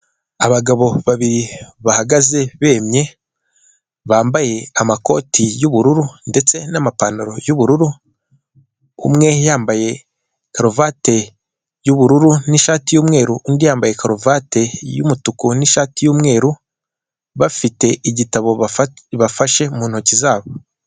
Abagabo babiri bahagaze bemye, bambaye amakoti y'ubururu ndetse n'amapantaro y'ubururu, umwe yambaye karuvati y'ubururu n'ishati y'umweru undi yambaye karuvati y'umutuku n'ishati y'umweru bafite igitabo bafashe mu ntoki zabo.